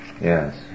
Yes